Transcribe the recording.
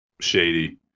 shady